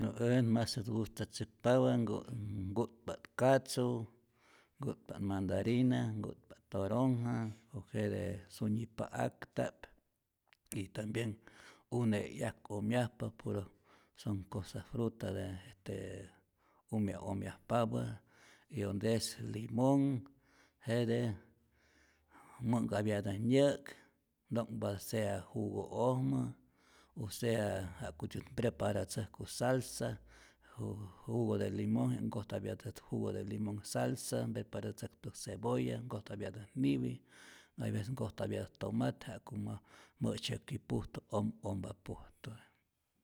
Äj masät ngustatzäkpapä nku nku'tpa't katzu, nku'tpa't mandarina, nku'tpa't toronja pues jete sunyi pa'akta'p y tambien une' 'yak'omyajpa, puro son cosa fruta de este umya omyajpapä y onte es limonh jete mu'nhkapyatä nyä'k, nto'nhpatä sea jugo'ojmä o sea ja'kutyät preparatzäjku salsa, jugo de limonh, nkojtapyatät jugo de limonh salsa, preparatzäktä cebolla, nkojtapyatät niwi, hay vece nkojtaptatät tomate ja'ku mas mä'tzyäki pujtu om ompa pujtu.